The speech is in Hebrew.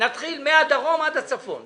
נתחיל מהדרום עד הצפון.